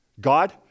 God